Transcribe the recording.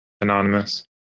anonymous